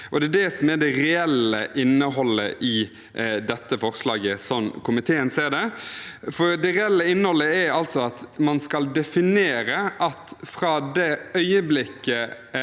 Det er det som er det reelle innholdet i dette forslaget, slik komiteen ser det. Det reelle innholdet er altså at man skal definere at fra det øyeblikket